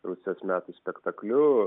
rusijos metų spektakliu